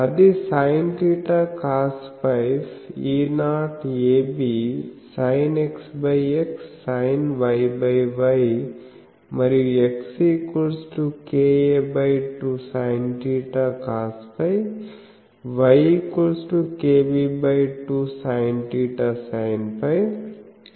అది sinθ cosφE0absinXXsinYY మరియు Xka2sinθ cosφYkb2sinθ sinφ